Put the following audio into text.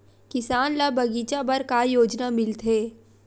किसान ल बगीचा बर का योजना मिलथे?